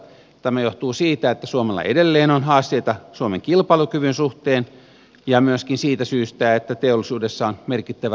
tämä johtuu siitä että suomella edelleen on haasteita suomen kilpailukyvyn suhteen ja myöskin siitä syystä että teollisuudessa on merkittävä rakennemuutos käynnissä